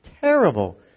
terrible